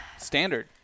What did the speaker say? Standard